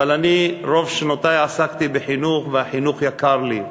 אבל רוב שנותי עסקתי בחינוך, והחינוך יקר לי,